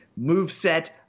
moveset